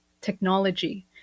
technology